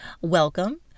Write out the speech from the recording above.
welcome